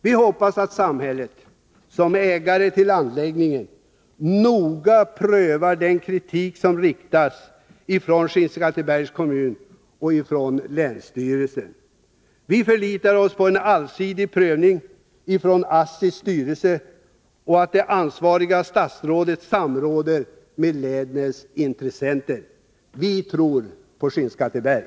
Vi hoppas att samhället — som ägare till anläggningen — noga prövar den kritik som riktas från Skinnskattebergs kommun och länsstyrelsen. Vi förlitar oss på en allsidig prövning från ASSI:s styrelse och på att det ansvariga statsrådet samråder med länets intressenter. Vi tror på Skinnskatteberg!